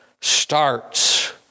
starts